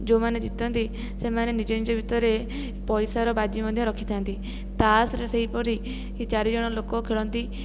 ଯେଉଁମାନେ ଜିତନ୍ତି ସେମାନେ ନିଜ ନିଜ ଭିତରେ ପଇସାର ବାଜି ମଧ୍ୟ ରଖିଥାନ୍ତି ତାସରେ ସେହିପରି ଚାରିଜଣ ଲୋକ ଖେଳନ୍ତି